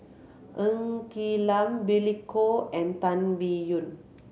Ng Quee Lam Billy Koh and Tan Biyun